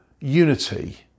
unity